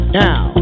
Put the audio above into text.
now